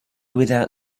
without